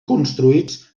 construïts